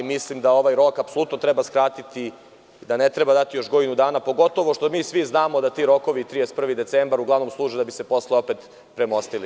Mislim da ovaj rok apsolutno treba skratiti, da ne treba dati još godinu dana, pogotovo što mi svi znamo da ti rokovi 31. decembar uglavnom služe da bi se posle opet premostili.